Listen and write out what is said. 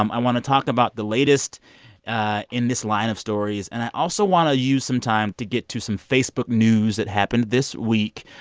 um i want to talk about the latest in this line of stories. and i also want to use some time to get to some facebook news that happened this week.